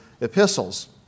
epistles